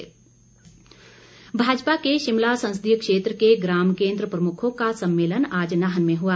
सम्मेलन भाजपा के शिमला संसदीय क्षेत्र के ग्राम केन्द्र प्रमुखों का सम्मेलन आज नाहन में हुआ